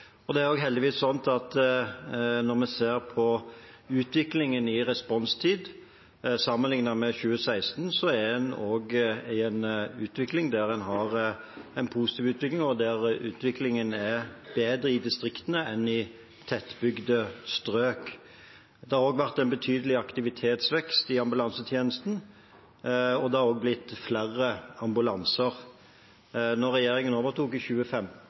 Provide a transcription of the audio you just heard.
Det er heldigvis slik at når vi ser på utviklingen i responstid og sammenligner med 2016, er det en positiv utvikling, og der utviklingen er bedre i distriktene enn i tettbygde strøk. Det har vært en betydelig aktivitetsvekst i ambulansetjenesten, og det har også blitt flere ambulanser. Da regjeringen overtok i